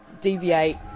deviate